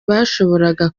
bashoboraga